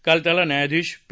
काल त्याला न्यायाधीश पी